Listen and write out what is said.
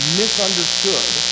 misunderstood